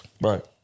Right